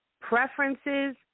preferences